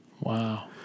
Wow